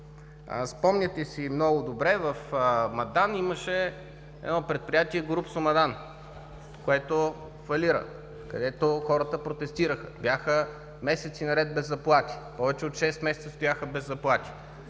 Спомняте си много добре в Мадан имаше едно предприятие „Горубсо“ – Мадан, което фалира, където хората протестираха, бяха месеци наред без заплати. Повече от 6 месеца стояха без заплати.